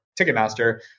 Ticketmaster